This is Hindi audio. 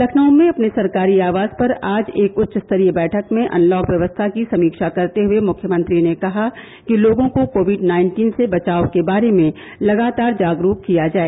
लखनऊ में अपने सरकारी आवास पर आज एक उच्च स्तरीय बैठक में अनलॉक व्यवस्था की समीक्षा करते हए मुख्यमंत्री ने कहा कि लोगों को कोविड नाइन्टीन से बचाव के बारे में लगातार जागरूक किया जाए